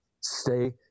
Stay